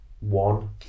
one